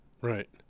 Right